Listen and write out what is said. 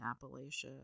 Appalachia